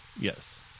Yes